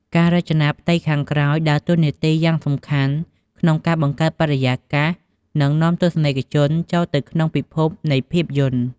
ការរចនាផ្ទៃខាងក្រោយ ដើរតួនាទីយ៉ាងសំខាន់ក្នុងការបង្កើតបរិយាកាស និងនាំទស្សនិកជនចូលទៅក្នុងពិភពនៃភាពយន្ត។